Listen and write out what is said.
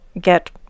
get